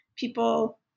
people